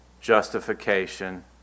justification